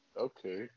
Okay